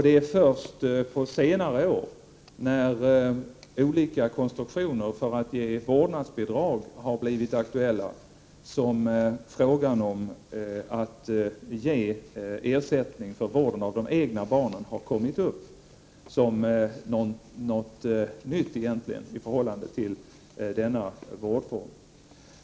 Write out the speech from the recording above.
Det är först på senare år när olika konstruktioner för att ge vårdnadsbidrag har blivit aktuella som frågan om att ge ersättning för vården av de egna barnen har kommit upp som något nytt i förhållande till denna vårdform.